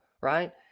right